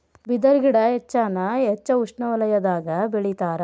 ಬಿದರು ಗಿಡಾ ಹೆಚ್ಚಾನ ಹೆಚ್ಚ ಉಷ್ಣವಲಯದಾಗ ಬೆಳಿತಾರ